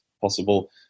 possible